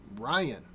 ryan